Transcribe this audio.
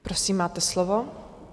Prosím, máte slovo.